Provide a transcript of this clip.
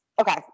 Okay